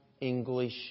English